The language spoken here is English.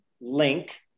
link